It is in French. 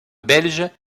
belge